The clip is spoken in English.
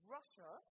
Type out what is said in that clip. Russia